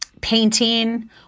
painting